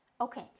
okay